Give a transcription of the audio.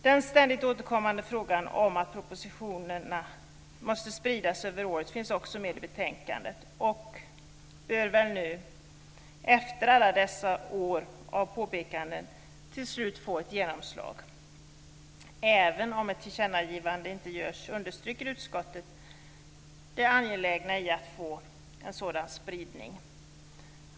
Den ständigt återkommande frågan om att propositionerna måste spridas över året finns också med i betänkandet och bör väl nu, efter alla dessa år av påpekanden, till slut få ett genomslag. Även om ett tillkännagivande inte görs understryker utskottet det angelägna i att få en sådan spridning.